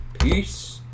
Peace